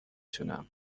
تونم